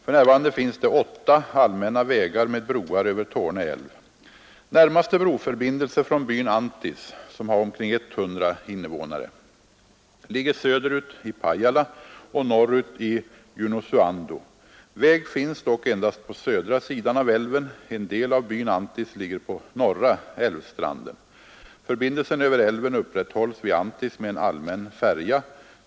För närvarande finns det åtta allmänna vägar med broar över Torne älv, Närmaste broförbindelse från byn Anttis — som har omkring 100 invånare — ligger söderut i Pajala och norrut i Junosuando. Väg finns dock endast på södra sidan av älven, En del av byn Anttis ligger på norra älvstranden. Förbindelsen över älven upprätthålls vid Anttis med en allmän färja.